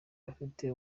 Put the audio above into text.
bafite